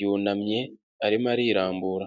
yunamye, arimo arirambura.